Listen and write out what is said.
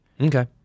Okay